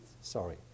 sorry